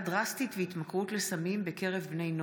גברתי.